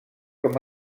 com